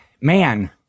man